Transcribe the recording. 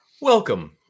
Welcome